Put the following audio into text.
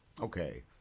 Okay